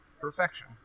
perfection